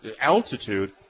altitude